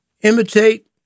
imitate